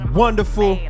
wonderful